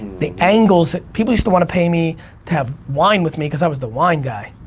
the angles that, people used to wanna pay me to have wine with me cause i was the wine guy.